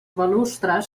balustres